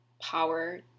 power